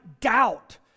doubt